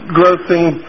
grossing